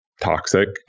toxic